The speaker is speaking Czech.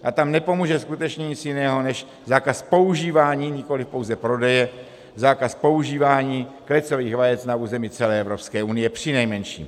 A tam nepomůže skutečně nic jiného než zákaz používání, nikoli pouze prodeje, zákaz používání klecových vajec na území celé Evropské unie přinejmenším.